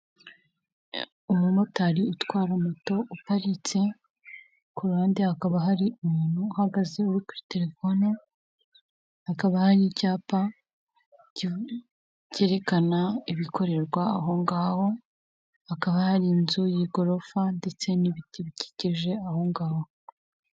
Umumotari utwara moto uparitse ku ruhande hakaba hari umuntu uhagaze uri kuri telefone hakaba hari icyapa cyerekana ibikorerwa aho ngaho hakaba hari inzu y'igorofa ndetse n'ibiti bikikije ahongaho.